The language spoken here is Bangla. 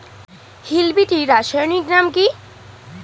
হিল বিটি রাসায়নিক নাম কি?